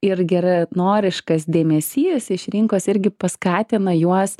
ir geranoriškas dėmesys iš rinkos irgi paskatina juos